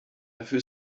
dafür